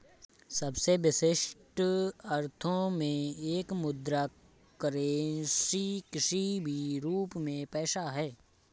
सबसे विशिष्ट अर्थों में एक मुद्रा करेंसी किसी भी रूप में पैसा है